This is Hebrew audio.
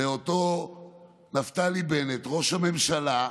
לאותו נפתלי בנט, ראש הממשלה,